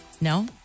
No